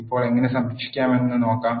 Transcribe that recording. ഇപ്പോൾ എങ്ങനെ സംരക്ഷിക്കാമെന്ന് നോക്കാം